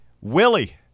willie